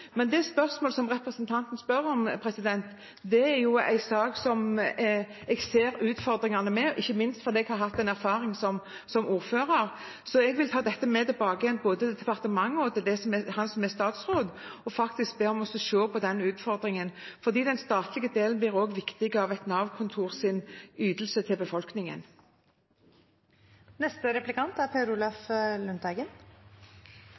Det spørsmålet representanten stilte nå, gjelder en sak som jeg ser utfordringene med, ikke minst fordi jeg har hatt erfaring som ordfører. Jeg vil ta dette med tilbake, både til departementet og til ham som er statsråd, og be dem se på den utfordringen, for den statlige delen blir også viktigere i Nav-kontorenes ytelse til befolkningen. Jeg vil takke statsråden for den grunnholdningen om rettferdighet som hun legger til grunn– at vi nå er